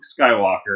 Skywalker